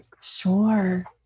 Sure